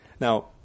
Now